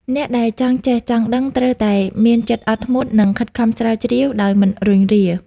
អ្នកដែលចង់ចេះ ចង់ដឹង ត្រូវតែមានចិត្តអត់ធ្មត់ និងខិតខំស្រាវជ្រាវដោយមិនរុញរា។